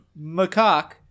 macaque